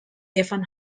evan